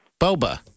Boba